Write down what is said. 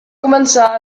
començar